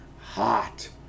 hot